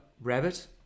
rabbit